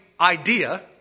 idea